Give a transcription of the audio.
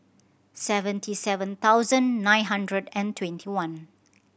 seventy seven thousand nine hundred and twenty one